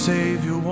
Savior